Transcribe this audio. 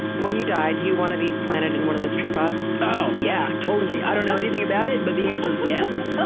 when you die, do you wanna be planted in one of those tree pods? oh, yeah, totally! i don't know anything about it, but the answer is yes!